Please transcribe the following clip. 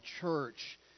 church